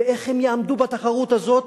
ואיך הם יעמדו בתחרות הזאת